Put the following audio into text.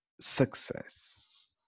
success